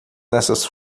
essas